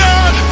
God